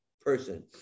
person